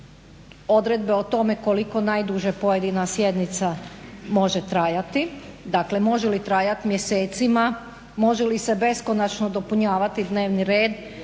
odredbe o tome koliko najduže pojedina sjednica može trajati. Dakle, može li trajati mjesecima, može li se beskonačno dopunjavati dnevni red,